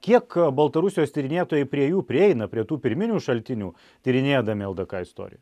kiek baltarusijos tyrinėtojai prie jų prieina prie tų pirminių šaltinių tyrinėdami ldk istoriją